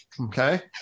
Okay